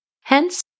Hence